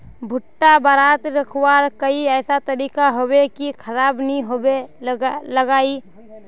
भुट्टा बारित रखवार कोई ऐसा तरीका होबे की खराब नि होबे लगाई?